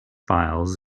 files